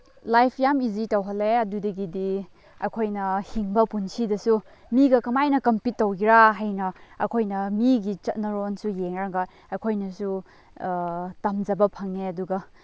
life ꯌꯥꯝ easy ꯇꯧꯍꯜꯂꯦ ꯑꯗꯨꯗꯒꯤꯗꯤ ꯑꯩꯈꯣꯏꯅ ꯍꯤꯡꯕ ꯄꯨꯟꯁꯤꯗꯁꯨ ꯃꯤꯒ ꯀꯃꯥꯏꯅ ꯀꯝꯄꯤꯠ ꯇꯧꯒꯦꯔꯥ ꯍꯥꯏꯅ ꯑꯩꯈꯣꯏꯅ ꯃꯤꯒꯤ ꯆꯠꯅꯔꯣꯟꯁꯨ ꯌꯦꯡꯉꯒ ꯑꯩꯈꯣꯏꯅꯁꯨ ꯇꯝꯖꯕ ꯐꯪꯉꯦ ꯑꯗꯨꯒ